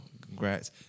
congrats